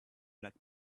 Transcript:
black